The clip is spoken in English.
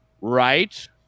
right